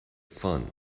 fun